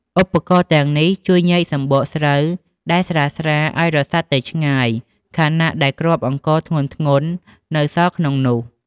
ឧបករណ៍ទាំងនេះជួយញែកសម្បកស្រូវដែលស្រាលៗឱ្យរសាត់ទៅឆ្ងាយ ខណៈដែលគ្រាប់អង្ករធ្ងន់ៗនៅសល់ក្នុងនោះ។